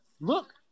look